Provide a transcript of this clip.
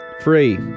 free